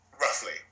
Roughly